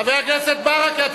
חבר הכנסת ברכה,